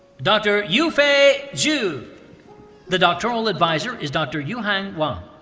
dr. yufei zou. the doctoral advisor is dr. yuhang wang.